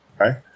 Okay